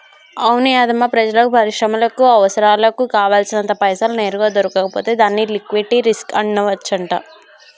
అవును యాధమ్మా ప్రజలకు పరిశ్రమలకు అవసరాలకు కావాల్సినంత పైసలు నేరుగా దొరకకపోతే దాన్ని లిక్విటీ రిస్క్ అనవచ్చంట